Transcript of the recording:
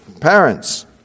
parents